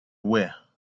wear